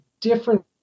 different